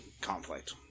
conflict